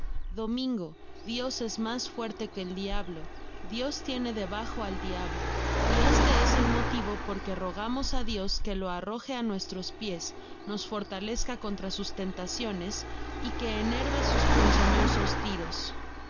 domingo dios es mas fuerte que el diablo dios tiene debajo al diablo y este es el motivo por que rogamos á dios que jo arroje á nuestros pies nos fortalezca contra sus tentaciones y que enerve sus ponzoñosos tiros